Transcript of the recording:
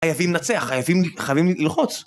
חייבים לנצח, חייבים ללחוץ.